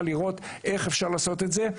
על מנת לראות איך אפשר לעשות את זה.